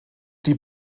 die